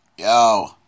Yo